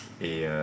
et